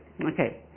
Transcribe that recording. Okay